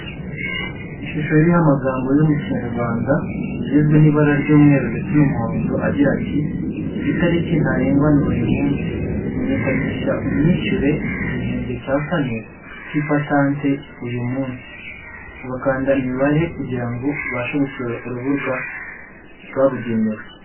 Ishusho iriho amagambo yo mu kinyarwanda agizwe n'ibara ry'umweru ndetse n'umuhondo agira ati ''itariki ntarengwa ni uyu munsi menyekanisha unishyure igihembwe cya kane cy'ipatante uyu munsi'' ugakanda imibare kugira ngo ubashe gusura urubuga rwabugenewe.